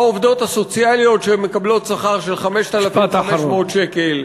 העובדות הסוציאליות שמקבלות שכר של 5,500 שקל?